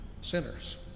sinners